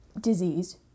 Disease